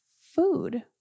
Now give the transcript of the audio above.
food